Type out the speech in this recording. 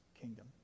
kingdom